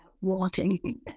wanting